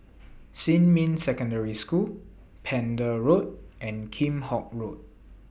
Xinmin Secondary School Pender Road and Kheam Hock Road